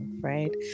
right